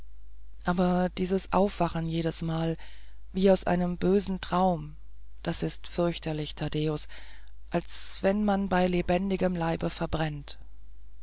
aber dieses aufwachen jedesmal wie aus einem schönen traum das ist fürchterlicher thaddäus als wenn man bei lebendigem leibe verbrennt